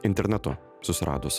internetu susiradus